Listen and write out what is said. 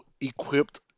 equipped